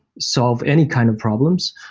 solve any kind of problems.